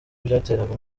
byateraga